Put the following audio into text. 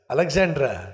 Alexandra